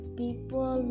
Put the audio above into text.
people